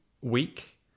week